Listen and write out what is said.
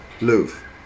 Louvre